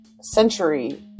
century